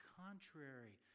contrary